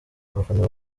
abafana